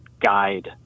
guide